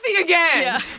again